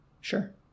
sure